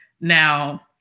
Now